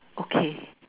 okay